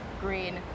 green